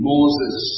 Moses